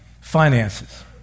finances